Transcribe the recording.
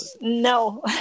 No